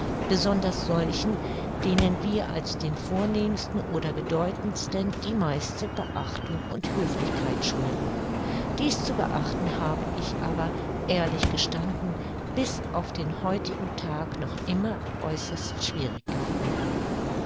besonders solchen denen wir als den vornehmsten oder bedeutendsten die meiste beachtung und höflichkeit schulden dies zu beachten habe ich aber ehrlich gestanden bis auf den heutigen tag noch immer äußerst schwierig gefunden